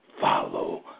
follow